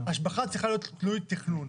השבחה צריכה להיות תלוי תכנון.